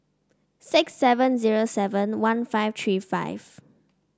six seven zero seven one five three five